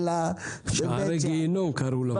שערי גיהינום קראו למקום.